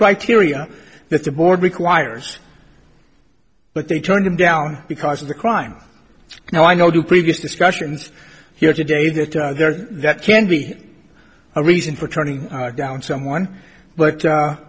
criteria that the board requires but they turned him down because of the crime now i know two previous discussions here today that are there that can be a reason for turning down someone but